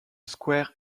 square